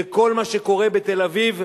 בכל מה שקורה בתל-אביב,